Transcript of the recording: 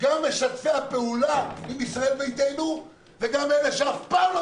גם משתפי הפעולה עם ישראל ביתנו וגם אלה שאף פעם לא